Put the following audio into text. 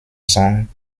song